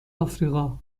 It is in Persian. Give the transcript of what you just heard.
آفریقا